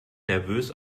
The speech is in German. nervös